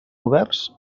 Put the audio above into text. oberts